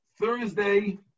Thursday